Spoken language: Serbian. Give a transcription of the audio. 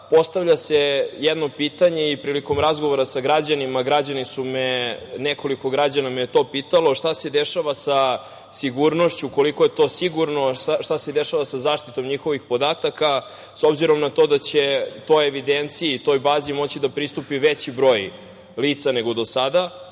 vremenu. Postavlja se jedno pitanje i prilikom razgovora sa građanima građani su me, nekoliko građana me je to pitalo – šta se dešava sa sigurnošću, koliko je to sigurno, šta se dešava sa zaštitom njihovih podataka, s obzirom na to da će toj evidenciji, toj bazi moći da pristupi veći broj lica nego do sada?